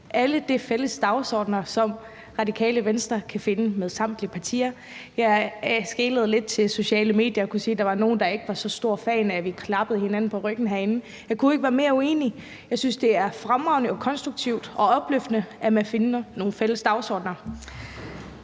alle de fælles dagsordener, som Radikale Venstre kan finde med samtlige partier. Jeg skelede lidt til de sociale medier og kunne se, at der var nogen, der var ikke var så stor fan af, at vi klappede hinanden på ryggen herinde. Jeg kunne ikke være mere uenig. Jeg synes, det er fremragende og konstruktivt og opløftende, at man finder nogle fælles dagsordener.